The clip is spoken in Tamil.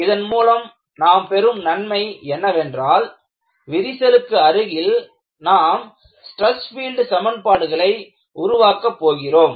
இதன் மூலம் நாம் பெறும் நன்மை என்னவென்றால் விரிசலுக்கு அருகில் நாம் ஸ்டிரஸ் பீல்டு சமன்பாடுகளை உருவாக்க போகிறோம்